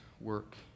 work